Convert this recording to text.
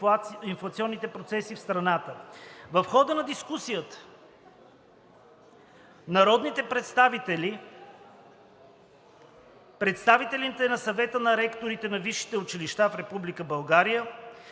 инфлационните процеси в страната. В хода на дискусията народните представители, представителите на Съвета на ректорите на висшите училища в Република